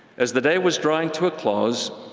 as the day was drawing to a close,